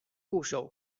部首